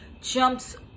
jumps